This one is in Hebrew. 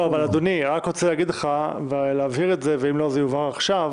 אדוני, אני רק רוצה להבהיר ואם לא זה יובהר עכשיו.